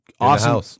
Awesome